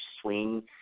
swing –